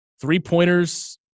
three-pointers